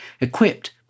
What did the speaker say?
equipped